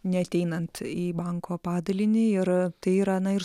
neateinant į banko padalinį ir tai yra na ir